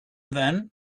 then